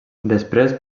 després